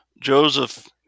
Joseph